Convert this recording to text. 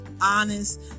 honest